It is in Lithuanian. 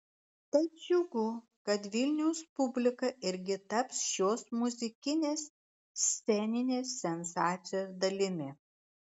tad džiugu kad vilniaus publika irgi taps šios muzikinės sceninės sensacijos dalimi